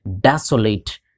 desolate